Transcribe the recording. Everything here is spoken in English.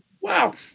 wow